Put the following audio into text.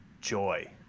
joy